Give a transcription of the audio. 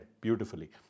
beautifully